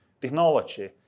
technology